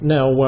Now